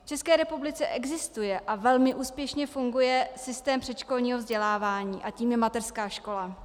V České republice existuje a velmi úspěšně funguje systém předškolního vzdělávání a tím je mateřská škola.